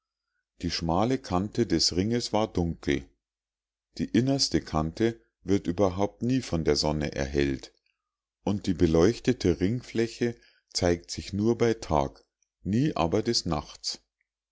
die schmale kante des ringes war dunkel die innerste kante wird überhaupt nie von der sonne erhellt und die beleuchtete ringfläche zeigt sich nur bei tag nie aber des nachts